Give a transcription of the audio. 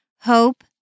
hope